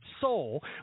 soul